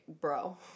bro